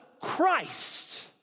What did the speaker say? Christ